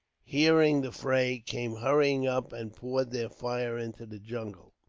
hearing the fray, came hurrying up and poured their fire into the jungle.